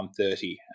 130